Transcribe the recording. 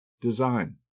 DESIGN